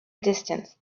distance